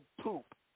poop